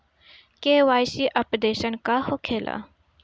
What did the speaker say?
KYC updation का होखेला?